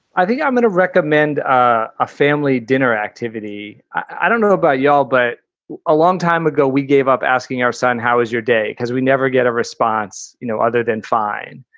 i think i'm going to recommend ah a family dinner activity. i don't know about you all, but a long time ago we gave up asking our son, how is your day? because we never get a response, you know, other than fine.